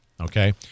okay